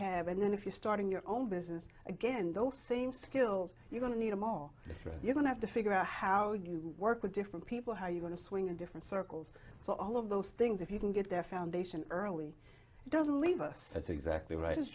have and then if you're starting your own business again those same skills you're going to need i'm all right you don't have to figure out how you work with different people how you want to swing in different circles so all of those things if you can get their foundation early doesn't leave us that's exactly right